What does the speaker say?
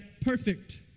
perfect